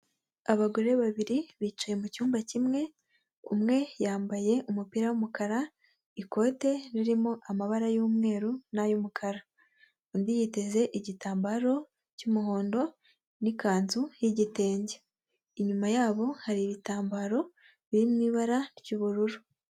Abagore babiri bicaye mu cyumba kimwe, umwe yambaye umupira w'umukara, ikote ririmo amabara y'umweru n'ay'umukara. Undi yiteze igitambaro cy'umuhondo n'ikanzu y'igitenge. Inyuma yabo hari ibitambaro biri mu ibara ry'ubururu.